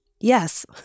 Yes